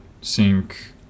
sync